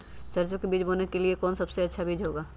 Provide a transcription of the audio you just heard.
सरसो के बीज बोने के लिए कौन सबसे अच्छा बीज होगा?